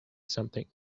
something